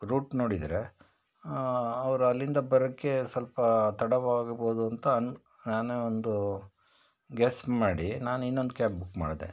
root ನೋಡಿದರೆ ಅವ್ರು ಅಲ್ಲಿಂದ ಬರೋಕೆ ಸ್ವಲ್ಪ ತಡವಾಗಬಹುದು ಅಂತ ಅಂದು ನಾನೆ ಒಂದು ಗೆಸ್ ಮಾಡಿ ನಾನು ಇನ್ನೊಂದು ಕ್ಯಾಬ್ ಬುಕ್ ಮಾಡಿದೆ